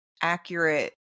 accurate